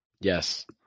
Yes